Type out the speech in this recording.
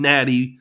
Natty